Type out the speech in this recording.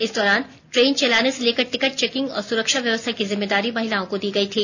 इस दौरान ट्रेन चलाने से लेकर टिकट चेकिंग और सुरक्षा व्यवस्था की जिम्मेदारी महिलाओं को दी गई थी